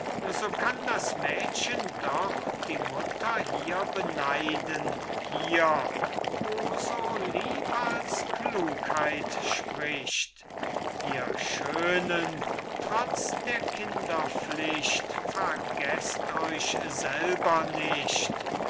so kann das mädchen doch die mutter hier beneiden hier wo so lieb als klugheit spricht ihr schönen trotz der kinderpflicht vergeßt euch selber nicht